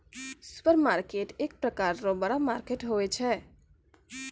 supermarket एक प्रकार रो बड़ा मार्केट होय छै